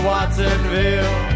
Watsonville